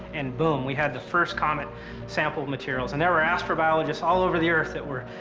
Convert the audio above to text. and boom, we had the first comet sample materials. and there were astrobiologists all over the earth that were,